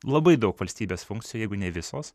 labai daug valstybės funkcijų jeigu ne visos